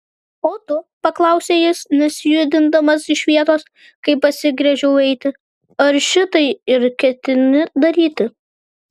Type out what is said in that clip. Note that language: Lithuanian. o tu paklausė jis nesijudindamas iš vietos kai pasigręžiau eiti ar šitai ir ketini daryti